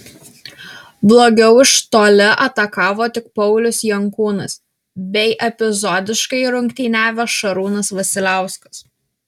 blogiau iš toli atakavo tik paulius jankūnas bei epizodiškai rungtyniavęs šarūnas vasiliauskas